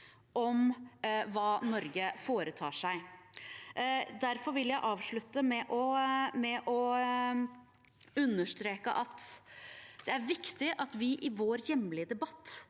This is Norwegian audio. om hva Norge foretar seg. Derfor vil jeg avslutte med å understreke at det er viktig at vi i vår hjemlige debatt